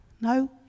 no